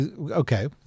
Okay